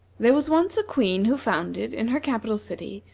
there was once a queen who founded, in her capital city,